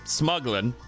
smuggling